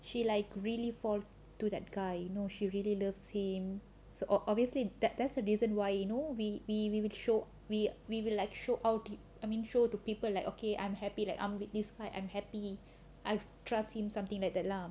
she like really fall to that guy you know she really loves him so obviously that that's the reason why you know we we we would show we we will like show out I mean show to people like okay I'm happy like if I'm happy I trust him something like that lah